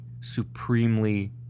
supremely